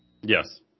Yes